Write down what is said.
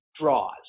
draws